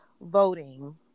voting